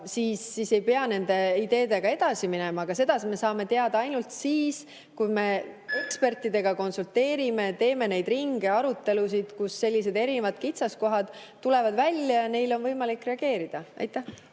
siis ei pea nende ideedega edasi minema. Aga seda me saame teada ainult siis, kui me ekspertidega konsulteerime, teeme neid ringe, arutelusid, kus erinevad kitsaskohad tulevad välja ja neile on võimalik reageerida. Aitäh!